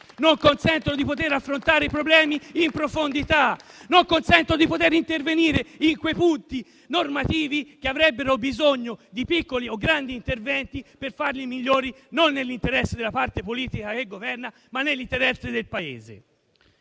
non consentono di affrontare i problemi in profondità, non consentono di intervenire in quei punti normativi che avrebbero bisogno di piccoli o grandi interventi per migliorarli, non nell'interesse della parte politica che governa, ma nell'interesse del Paese.